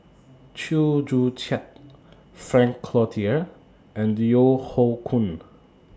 Chew Joo Chiat Frank Cloutier and Yeo Hoe Koon